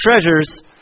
treasures